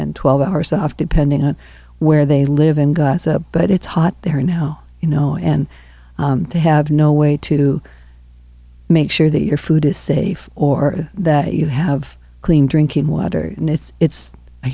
and twelve hours off depending on where they live in gaza but it's hot there now you know and to have no way to make sure that your food is safe or that you have clean drinking water and it's